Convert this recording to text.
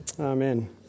Amen